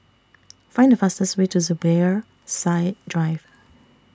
Find The fastest Way to Zubir Said Drive